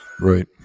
Right